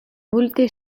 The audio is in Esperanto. multe